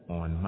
on